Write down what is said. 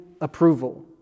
approval